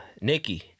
Nikki